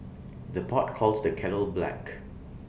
the pot calls the kettle black